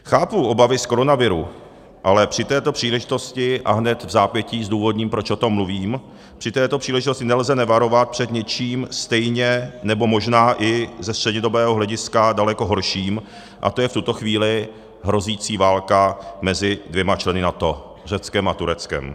Chápu obavy z koronaviru, ale při této příležitosti a hned vzápětí zdůvodním, proč o tom mluvím nelze nevarovat před něčím stejně, nebo možná i ze střednědobého hlediska daleko horším, a to je v tuto chvíli hrozící válka mezi dvěma členy NATO, Řeckem a Tureckem.